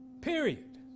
Period